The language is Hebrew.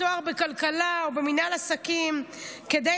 תואר בכלכלה או במינהל עסקים כדי